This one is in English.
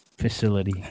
facility